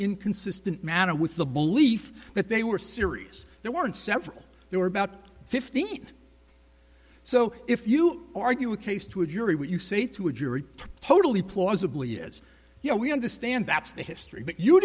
inconsistent matter with the belief that they were serious there weren't several there were about fifteen so if you argue a case to a jury what you say to a jury totally plausibly is you know we understand that's the history but you